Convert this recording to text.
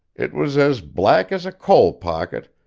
it was as black as a coal-pocket,